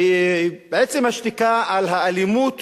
ועצם השתיקה על האלימות,